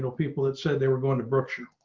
so people that said they were going to berkshire